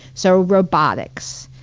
so robotics,